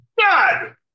god